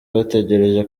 bategereje